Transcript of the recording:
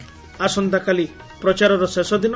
ଆସନ୍ତାକାଲି ପ୍ରଚାରର ଶେଷ ଦିନ